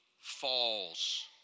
falls